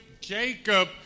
Jacob